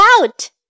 out